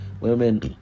women